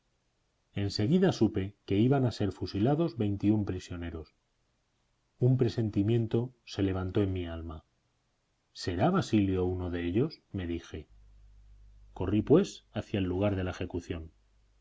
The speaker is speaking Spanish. seguida supe que iban a ser fusilados veintiún prisioneros un presentimiento se levantó en mi alma será basilio uno de ellos me dije corrí pues hacia el lugar de la ejecución